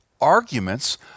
arguments